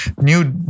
new